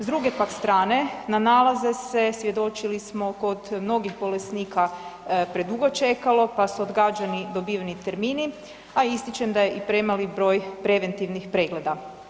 S druge pak strane na nalaze se, svjedočili smo kod mnogih bolesnika predugo čekalo pa su odgađani dobiveni termini, a ističem da je i premali broj preventivnih pregleda.